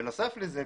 בנוסף לזה,